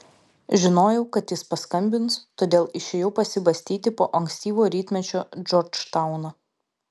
žinojau kad jis paskambins todėl išėjau pasibastyti po ankstyvo rytmečio džordžtauną